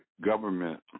government